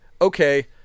okay